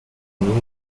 knew